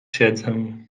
siedzę